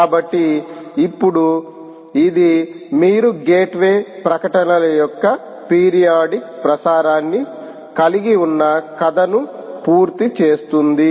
కాబట్టి ఇప్పుడు ఇది మీరు గేట్వే ప్రకటనల యొక్క పీరియాడిక్ ప్రసారాన్ని కలిగి ఉన్న కథను పూర్తి చేస్తుంది